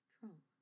Trump